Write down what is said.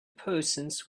persons